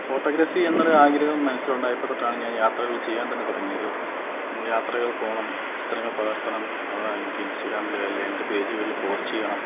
photography എന്നൊരാഗ്രഹം മനസ്സില് ഉണ്ടായപ്പോൾ തൊട്ടാണ് ഞാന് യാത്രകള് ചെയ്യാന് തന്നെ തുടങ്ങിയത് യാത്രകള് പോകണം ചിത്രങ്ങള് പകര്ത്തണം അവ എനിക്ക് ഇന്സ്ടഗ്രാമില് അല്ലേൽ എന്റെ പേജുകളില് പോസ്റ്റ് ചെയ്യണം